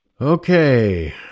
Okay